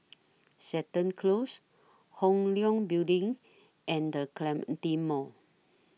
Seton Close Hong Leong Building and The Clementi Mall